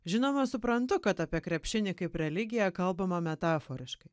žinoma suprantu kad apie krepšinį kaip religiją kalbama metaforiškai